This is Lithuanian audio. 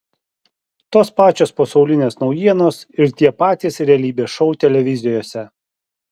tos pačios pasaulinės naujienos ir tie patys realybės šou televizijose